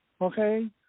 Okay